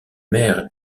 mère